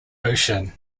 ocean